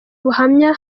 ubuhamya